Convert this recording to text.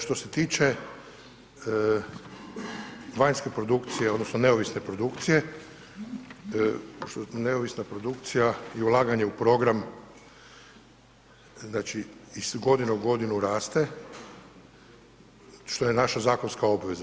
Što se tiče vanjske produkcije odnosno neovisne produkcije, neovisna produkcija i ulaganje u program znači iz godine u godinu raste što je naša zakonska obveza.